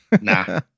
Nah